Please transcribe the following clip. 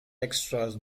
extras